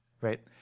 right